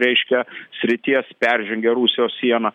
reiškia srities peržengę rusijos sieną